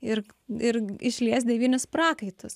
ir ir išlies devynis prakaitus